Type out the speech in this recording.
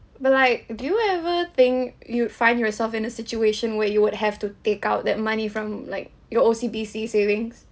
but like do you ever think you'd find yourself in a situation where you would have to take out that money from like your O_C_B_C savings